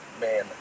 Man